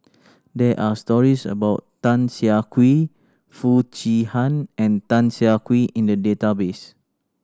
there are stories about Tan Siah Kwee Foo Chee Han and Tan Siah Kwee in the database